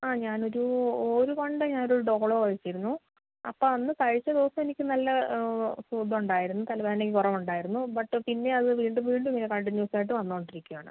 ആ ഞാൻ ഒരു ഒരു കൊണ്ട് ഞാൻ ഒരു ഡോളോ കഴിച്ചിരുന്നു അപ്പം അന്ന് കഴിച്ച ദിവസം എനിക്ക് നല്ല സുഖം ഉണ്ടായിരുന്നു തലവേദനക്ക് കുറവുണ്ടായിരുന്നു ബട്ട് പിന്നെ അത് വീണ്ടും വീണ്ടും ഇങ്ങനെ കണ്ടിന്യൂസ് ആയിട്ട് വന്നു കൊണ്ടിരിക്കുകയാണ്